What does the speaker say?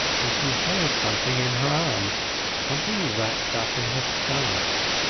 and she held something in her arms something wrapped up in her scarf.